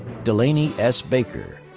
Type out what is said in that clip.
delaney s. baker.